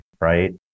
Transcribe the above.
right